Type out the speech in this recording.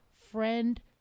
friend